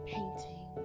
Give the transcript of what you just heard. Painting